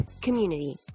community